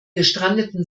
gestrandeten